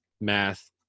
math